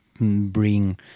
bring